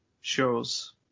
shows